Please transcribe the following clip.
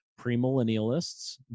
premillennialists